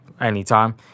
anytime